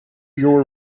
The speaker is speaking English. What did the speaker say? your